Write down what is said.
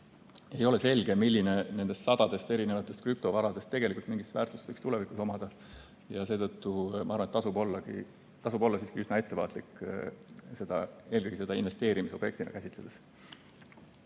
Ei ole selge, milline nendest sadadest erinevatest krüptovaradest tegelikult mingit väärtust võiks tulevikus omada. Seetõttu ma arvan, et tasub olla siiski üsna ettevaatlik, eelkõige seda investeerimisobjektina käsitledes.